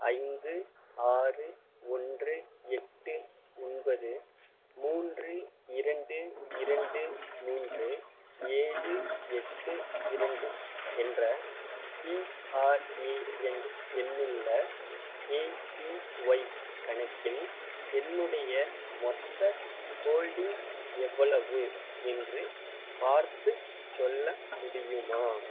ஐந்து ஆறு ஒன்று எட்டு ஒன்பது மூன்று இரண்டு இரண்டு மூன்று ஏழு எட்டு இரண்டு என்ற பிஆர்ஏஎன் எண்ணுள்ள ஏபிஒய் கணக்கில் என்னுடைய மொத்த ஹோல்டிங் எவ்வளவு என்று பார்த்துச் சொல்ல முடியுமா